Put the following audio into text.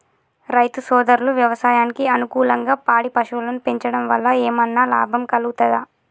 రైతు సోదరులు వ్యవసాయానికి అనుకూలంగా పాడి పశువులను పెంచడం వల్ల ఏమన్నా లాభం కలుగుతదా?